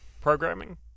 programming